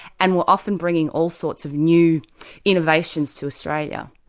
and were often bringing all sorts of new innovations to australia.